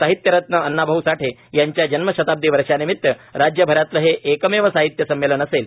साहित्यरत्न अण्णाभाऊ साठे यांच्या जन्मशताब्दी वर्षानिमित राज्यभरातलं हे एकमेव साहित्य संमेलन असेल